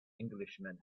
englishman